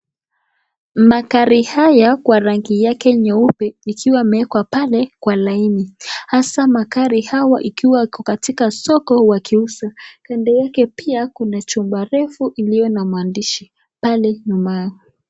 Magari haya yake nyeupe ikiwa imeekwa pale kwa laini, hasa magari hawa ikiwa iko katika soko wakiuza, kando yake pia kuna chumba refu iliyo na maandishi pale nyuma.